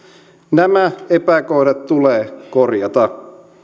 nämä epäkohdat tulee korjata